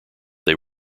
they